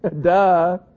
duh